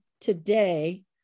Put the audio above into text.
today